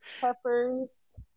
Peppers